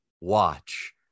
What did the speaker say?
watch